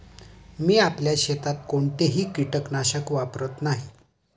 मी आपल्या शेतात कोणतेही कीटकनाशक वापरत नाही